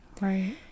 Right